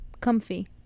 Comfy